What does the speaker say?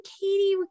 Katie